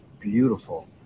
beautiful